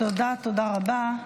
תודה, תודה רבה.